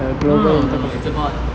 no no no it's about